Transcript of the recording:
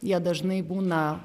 jie dažnai būna